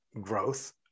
growth